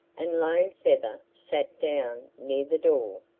and lone feather sat down near the door.